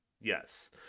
Yes